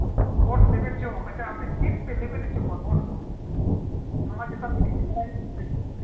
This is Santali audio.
ᱜᱚᱴ ᱞᱮᱵᱮᱫ ᱡᱚᱦᱚᱜ ᱟᱪᱪᱷᱟ ᱪᱮᱫ ᱯᱮ ᱞᱮᱵᱮᱫ ᱦᱚᱪᱚ ᱠᱚᱣᱟ ᱜᱚᱴ ᱫᱚ ᱱᱚᱣᱟ ᱪᱮᱛᱟᱱ ᱛᱮ ᱠᱤᱪᱷᱩ ᱵᱟᱲᱟᱭ ᱛᱮᱱᱟᱜ ᱢᱮᱱᱟᱜᱼᱟ